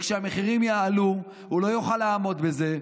וכשהמחירים יעלו הוא לא יוכל לעמוד בזה,